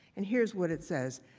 and here is what it says.